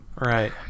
Right